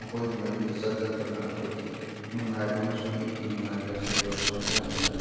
ꯃꯈꯣꯏꯒꯤ ꯃꯌꯨꯝꯗ ꯆꯠ ꯆꯠꯇꯨꯅ ꯑꯩꯈꯣꯏꯒꯤ ꯅꯨꯡꯉꯥꯏꯕ ꯑꯃꯁꯨꯡ ꯏꯠꯀꯤ ꯅꯨꯡꯉꯥꯏꯕ ꯑꯁꯤ ꯄꯨꯜꯂꯞ ꯁꯔꯨꯛ ꯌꯥꯃꯤꯟꯅꯩ